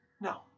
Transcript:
No